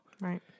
Right